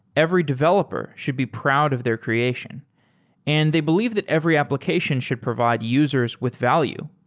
every developer should be proud of their creation and they believe that every application should provide users with value.